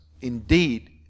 indeed